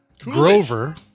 Grover